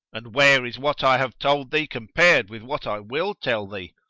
and where is what i have told thee compared with what i will tell thee?